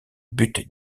but